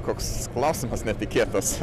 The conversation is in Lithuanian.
koks klausimas netikėtas